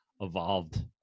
evolved